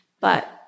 But-